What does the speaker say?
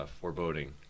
foreboding